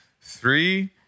Three